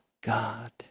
God